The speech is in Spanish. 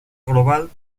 global